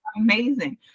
amazing